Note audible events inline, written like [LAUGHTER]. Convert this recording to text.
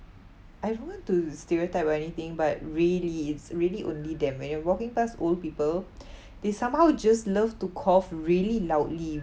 I don't want to stereotype or anything but really it's really only them when you're walking past old people [BREATH] they somehow just love to cough really loudly